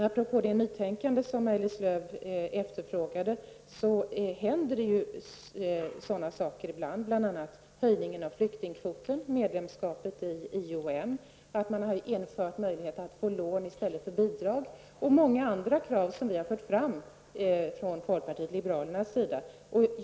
Apropå det nytänkande som Maj-Lis Lööw efterfrågade händer det ju sådana saker ibland, bl.a. höjningen av flyktingkvoten, medlemskapet i ION och införandet av möjligheter att få lån i stället för bidrag. Detsamma gäller många andra krav som vi fört fram från folkpartiet liberalernas sida.